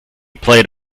played